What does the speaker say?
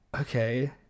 okay